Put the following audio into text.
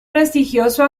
prestigioso